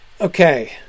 Okay